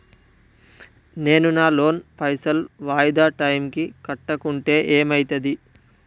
నేను నా లోన్ పైసల్ వాయిదా టైం కి కట్టకుంటే ఏమైతది?